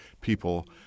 people